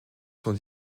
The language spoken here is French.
sont